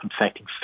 infecting